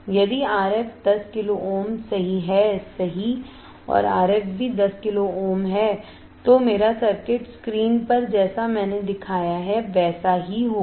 यदि RI 10 kilo ohm है सही और Rf भी 10 किलो ओम है तो मेरा सर्किट स्क्रीन पर जैसा मैंने दिखाया है वैसा होगा